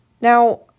Now